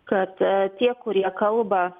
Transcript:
kad tie kurie kalba